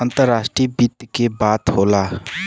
अंतराष्ट्रीय वित्त के बात होला